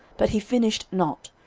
but he finished not,